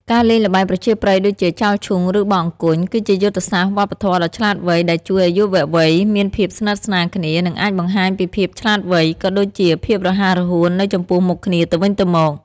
ការលេងល្បែងប្រជាប្រិយដូចជា ចោលឈូង ឬបោះអង្គញ់ គឺជាយុទ្ធសាស្ត្រវប្បធម៌ដ៏ឆ្លាតវៃដែលជួយឱ្យយុវវ័យមានភាពស្និទ្ធស្នាលគ្នា និងអាចបង្ហាញពីភាពឆ្លាតវៃ ក៏ដូចជាភាពរហ័សរហួននៅចំពោះមុខគ្នាទៅវិញទៅមក។